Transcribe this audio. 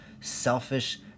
selfish